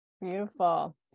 Beautiful